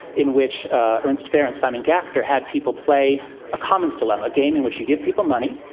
in which ernst fehr and simon gachter had people play a commons dilemma, a game in which you give people money,